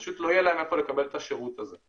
פשוט לא יהיה להם איפה לקבל את השירות הזה.